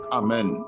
amen